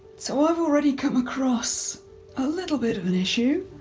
so i've already come across a little bit of an issue.